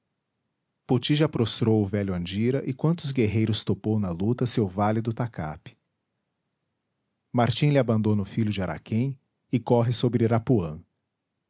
já prostrou o velho andira e quantos guerreiros topou na luta seu válido tacape martim lhe abandona o filho de araquém e corre sobre irapuã